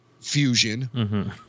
fusion